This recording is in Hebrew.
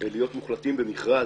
להיות מוחלטים במכרז,